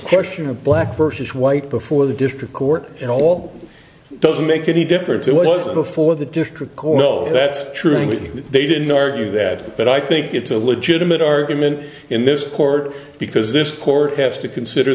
question of black versus white before the district court in all doesn't make any difference to what was before the district court no that's truly they didn't argue that but i think it's a legitimate argument in this court because this court have to consider